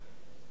בית-חרות,